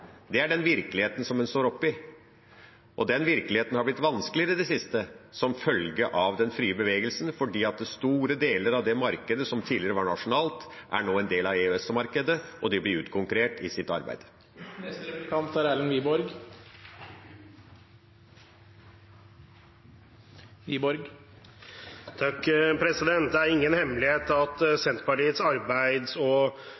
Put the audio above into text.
Det er den virkeligheten en står oppe i, og den virkeligheten er blitt vanskeligere i det siste som følge av den frie bevegelsen, for store deler av det markedet som tidligere var nasjonalt, er nå en del av EØS-markedet, og de blir utkonkurrert i sitt arbeid. Det er ingen hemmelighet at Senterpartiets arbeids- og